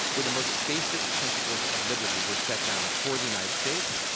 where the most basic principles of liberty were set down for the united states.